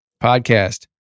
Podcast